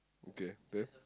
okay then